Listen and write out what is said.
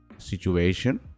situation